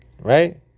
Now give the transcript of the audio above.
right